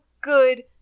good